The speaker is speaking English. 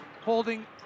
Holding